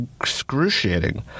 excruciating